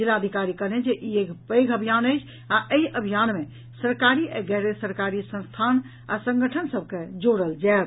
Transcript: जिलाधिकारी कहलनि जे ई एक पैघ अभियान अछि आ एहि अभियान मे सरकारी आ गैर सरकारी संस्थान आ संगठन सभ के जोड़ल जायत